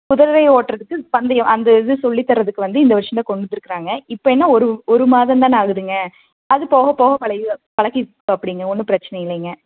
குதிரை ஓட்டுறதுக்கு பந்தயம் அந்த இது சொல்லித்தரதுக்கு வந்து இந்த வருஷம்தான் கொண்டு வந்திருக்கறாங்க இப்போ என்ன ஒரு ஒரு மாதந்தானே ஆகுதுங்க அது போக போக பழகிருவாந் பழகிக்குவாப்பிடிங்க ஒன்றும் பிரச்சினை இல்லைங்க